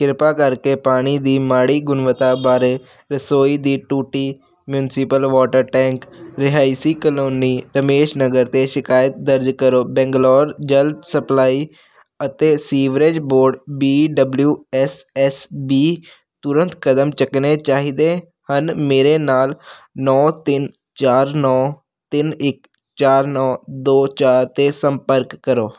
ਕਿਰਪਾ ਕਰਕੇ ਪਾਣੀ ਦੀ ਮਾੜੀ ਗੁਣਵੱਤਾ ਬਾਰੇ ਰਸੋਈ ਦੀ ਟੂਟੀ ਮਿਊਂਸਪਲ ਵਾਟਰ ਟੈਂਕ ਰਿਹਾਇਸ਼ੀ ਕਲੋਨੀ ਰਮੇਸ਼ ਨਗਰ 'ਤੇ ਸ਼ਿਕਾਇਤ ਦਰਜ ਕਰੋ ਬੰਗਲੌਰ ਜਲ ਸਪਲਾਈ ਅਤੇ sewerage board B W S S B ਤੁਰੰਤ ਕਦਮ ਚੁੱਕਣੇ ਚਾਹੀਦੇ ਹਨ ਮੇਰੇ ਨਾਲ ਨੌਂ ਤਿੰਨ ਚਾਰ ਨੌਂ ਤਿੰਨ ਇੱਕ ਚਾਰ ਨੌਂ ਦੋ ਚਾਰ 'ਤੇ ਸੰਪਰਕ ਕਰੋ